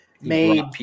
made